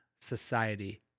society